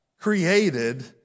created